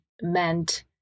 meant